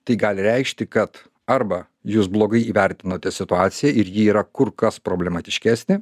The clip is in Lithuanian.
tai gali reikšti kad arba jūs blogai įvertinote situaciją ir ji yra kur kas problematiškesnė